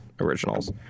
originals